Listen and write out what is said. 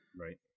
Right